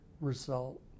result